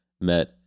met